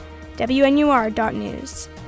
WNUR.news